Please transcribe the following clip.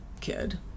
kid